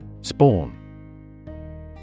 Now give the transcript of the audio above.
Spawn